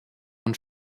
und